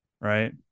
Right